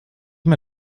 mir